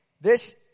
This